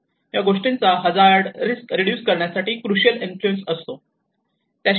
या गोष्टींचा hazard risk reduce करण्यासाठी कृशिअल इन्फ्लुएन्स असतो